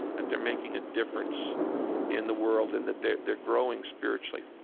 that they're making a difference in the world and that they're they're growing spiritually?